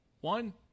one